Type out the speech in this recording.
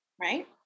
right